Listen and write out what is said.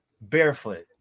barefoot